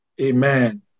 Amen